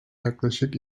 yaklaşık